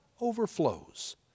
overflows